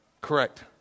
correct